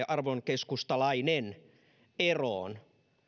arvon keskustalainen eroon